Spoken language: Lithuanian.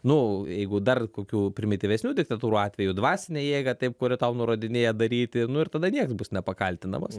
nu jeigu dar kokių primityvesnių diktatūrų atveju dvasinę jėgą taip kuri tau nurodinėja daryti nu ir tada nieks bus nepakaltinamas